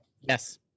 Yes